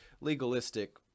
legalistic